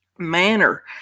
manner